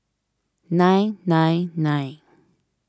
nine nine nine